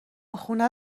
خونه